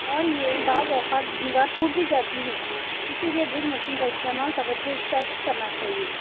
اور یہ بعض اوقات دیوار ٹوٹ بھی جاتی ہے اسی لئے ڈرل مشین کا استعمال توجہ کے ساتھ کر چاہیے